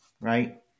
right